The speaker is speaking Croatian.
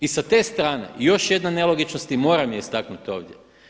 I sa te strane još jedna nelogičnost i moram je istaknuti ovdje.